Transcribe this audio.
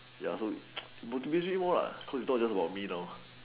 ya so more lah cause its not just about me now